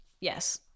yes